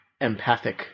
empathic